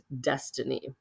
destiny